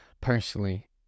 personally